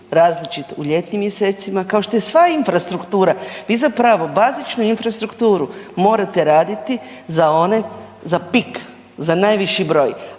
različit u ljetnim mjesecima, kao što je sva infrastruktura, vi zapravo, bazičnu infrastrukturu morate raditi za one, .../Govornik se